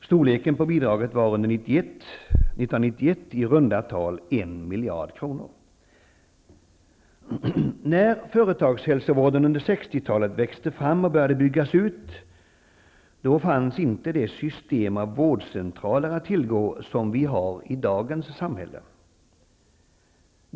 Storleken på bidraget var under 1991 i runda tal en miljard kronor. När företagshälsovården under 60-talet växte fram och började byggas ut fanns inte det system av vårdcentraler att tillgå som vi har i dagens samhälle.